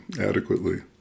adequately